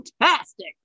fantastic